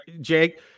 Jake